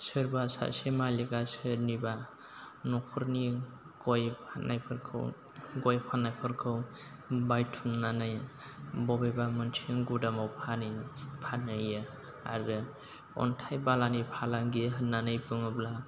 सोरबा सासे मालिगआ सोरनिबा न'खरनि गय फान्नायफोरखौ गय फान्नायफोरखौ बायथुमनानै बबेबा मोनसे गुदामाव फानहै फानहैयो आरो अन्थाइ बालानि फालांगि होन्नानै बुङोब्ला